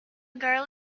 girl